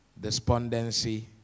despondency